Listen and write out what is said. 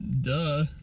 duh